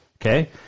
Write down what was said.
okay